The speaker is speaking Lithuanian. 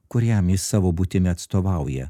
kuriam jis savo būtimi atstovauja